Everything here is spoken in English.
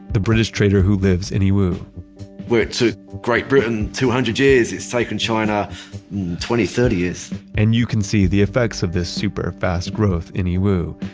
the british trader who lives in yiwu where it took great britain two hundred years, it's taken china twenty, thirty years and you can see the effects of this super-fast growth in yiwu.